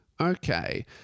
Okay